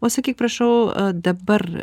pasakyk prašau dabar